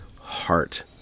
heart